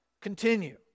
Continue